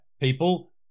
people